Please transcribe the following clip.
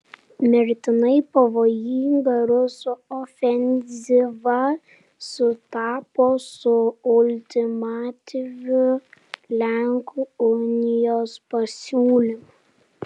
mirtinai pavojinga rusų ofenzyva sutapo su ultimatyviu lenkų unijos pasiūlymu